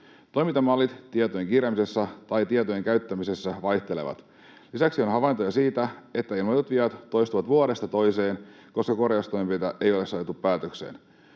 Toimintamallit tietojen kirjaamisessa tai tietojen käyttämisessä vaihtelevat. Lisäksi on havaintoja siitä, että ilmoitetut viat toistuvat vuodesta toiseen, koska korjaustoimenpiteitä ei ole saatettu päätökseen.